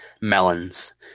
melons